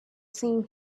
same